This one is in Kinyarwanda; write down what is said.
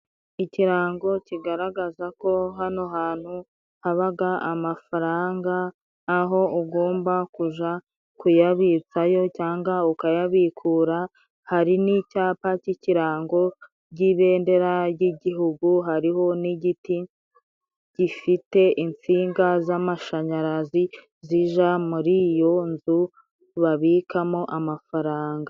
Ikirango kigaragaza ko hano hantu haba amafaranga, aho ugomba kuyabitsa cyangwa ukayabikura; hari n' icapa cy' ikirango cy' ibendera ry' igihugu, hariho n' igiti gifite insinga z' amashanyarazi zijya muri iyo nzu babikamo amafaranga.